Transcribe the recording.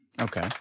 Okay